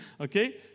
Okay